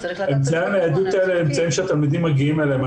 אמצעי הניידות האלה הם אמצעים שהתלמידים מגיעים איתם.